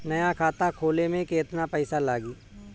नया खाता खोले मे केतना पईसा लागि?